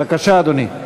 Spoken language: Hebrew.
בבקשה, אדוני.